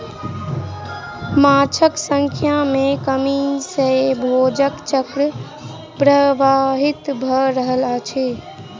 माँछक संख्या में कमी सॅ भोजन चक्र प्रभावित भ रहल अछि